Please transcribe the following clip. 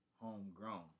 homegrown